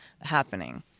happening